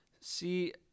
See